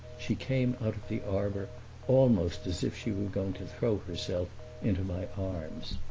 she came out of the arbor almost as if she were going to throw herself into my arms.